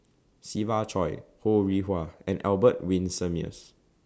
Siva Choy Ho Rih Hwa and Albert Winsemius